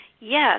Yes